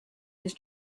his